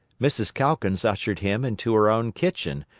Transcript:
mrs. calkins ushered him into her own kitchen,